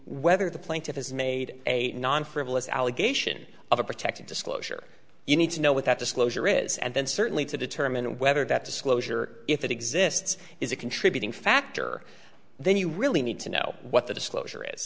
whether the plaintiff has made a non frivolous allegation of a protected disclosure you need to know what that disclosure is and then certainly to determine whether that disclosure if it exists is a contributing factor then you really need to know what the disclosure is